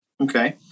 Okay